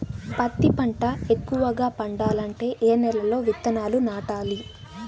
పత్తి పంట ఎక్కువగా పండాలంటే ఏ నెల లో విత్తనాలు నాటాలి?